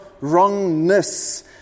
wrongness